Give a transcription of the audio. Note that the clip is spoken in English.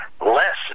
less